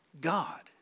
God